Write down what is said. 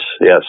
yes